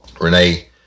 Renee